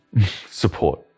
support